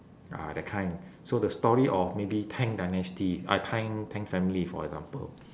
ah that kind so the story of maybe tang dynasty uh tang tang family for example